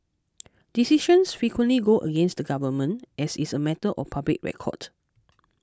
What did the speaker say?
decisions frequently go against the government as is a matter of public record